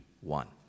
one